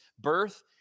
birth